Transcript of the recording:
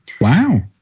Wow